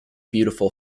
beautiful